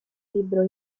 libro